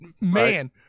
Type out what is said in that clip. man